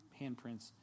handprints